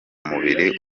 mubiri